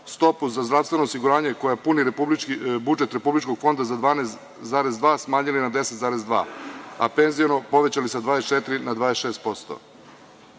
stopu za zdravstveno osiguranje koja puni republički budžet, Republičkog fonda za 12,2% smanjili na 10,2% a penziono povećali sa 24% na 26%,